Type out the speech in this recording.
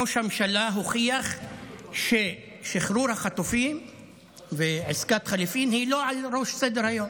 ראש הממשלה הוכיח ששחרור החטופים ועסקת חליפין הן לא בראש סדר-היום,